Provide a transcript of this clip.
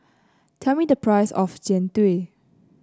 tell me the price of Jian Dui